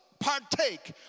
Partake